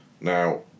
Now